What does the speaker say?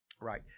Right